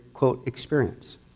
experience